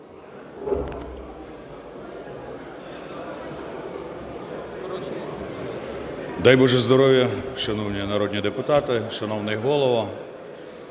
Дай, Боже, здоров'я, шановні народні депутати, шановний Голово